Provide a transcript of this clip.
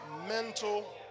mental